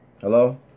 Hello